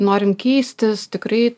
norim keistis tikrai